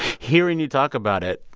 hearing you talk about it,